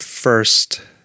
first